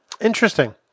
Interesting